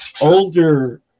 older